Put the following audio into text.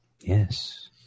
Yes